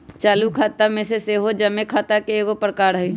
चालू खता सेहो जमें खता के एगो प्रकार हइ